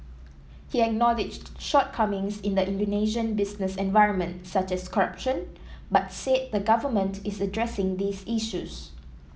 he acknowledged shortcomings in the Indonesian business environment such as corruption but said the government is addressing these issues